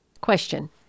Question